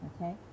Okay